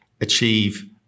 achieve